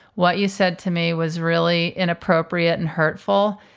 what you said to me was really inappropriate and hurtful.